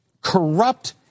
corrupt